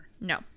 no